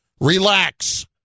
Relax